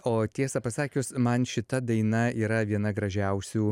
o tiesą pasakius man šita daina yra viena gražiausių